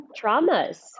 traumas